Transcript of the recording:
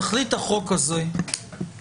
תכלית החוק הזה היא